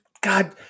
God